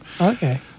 Okay